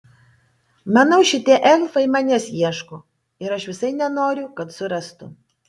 manau šitie elfai manęs ieško ir aš visai nenoriu kad surastų